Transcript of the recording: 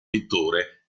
pittore